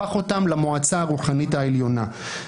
הפך אותם למועצה הרוחנית העליונה.